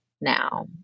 now